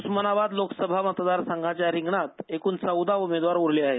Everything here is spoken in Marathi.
उस्मानाबाद लोकसभा मतदारसंघाच्या रिंगणात एकूण चौदा उमेदवार उरले आहेत